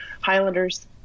Highlanders